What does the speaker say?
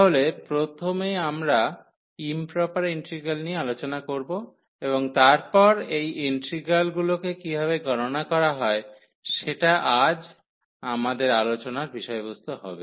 তাহলে আমরা প্রথমে ইম্প্রপার ইন্টিগ্রাল নিয়ে আলোচনা করব এবং তারপর এই ইন্টিগ্রাল গুলোকে কিভাবে গণনা করা হয় সেটা আজ আমাদের আলোচনার বিষয়বস্তু হবে